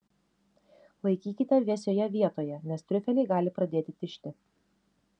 laikykite vėsioje vietoje nes triufeliai gali pradėti tižti